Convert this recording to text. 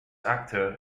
actor